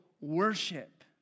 worship